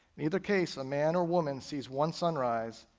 in either case, a man or woman sees one sunrise,